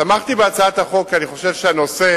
תמכתי בהצעת החוק כי אני חושב שהנושא